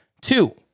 two